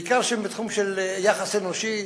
בעיקר שהן בתחום של יחס אנושי.